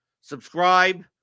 Subscribe